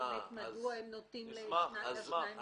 מדוע הם נוטים להסתמך על השניים הגדולים.